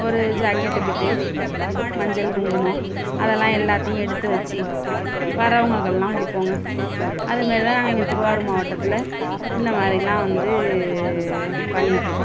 ஒரு jacket bit மஞ்சள் குங்குமம் அதெல்லாம் எல்லாற்றையும் எடுத்து வச்சு வரவங்களுக்கெல்லாம் கொடுப்போம்க அதேமாதிரி தான் நாங்கள் எங்கள் திருவாரூர் மாவட்டத்தில் இந்தமாதிரில்லாம் வந்து பண்ணிகிட்ருக்கோம்